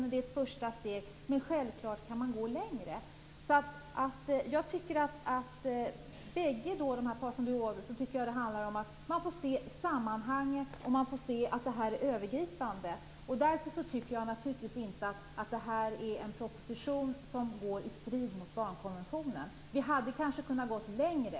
Det är ett första steg, och självklart går det att gå längre. Det handlar om att se ett övergripande sammanhang. Därför är detta inte en proposition som går i strid med barnkonventionen. Den hade kanske kunnat gå längre.